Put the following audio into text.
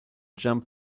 jump